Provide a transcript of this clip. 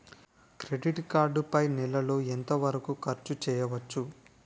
Credit card పై నెల లో ఎంత వరకూ ఖర్చు చేయవచ్చు?